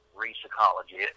re-psychology